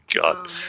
God